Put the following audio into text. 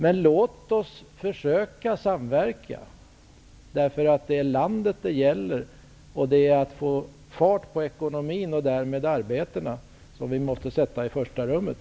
Men låt oss försöka samverka. Det är landet det gäller. Att få fart på ekonomin och därmed arbetena måste vi sätta i första rummet.